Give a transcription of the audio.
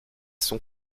son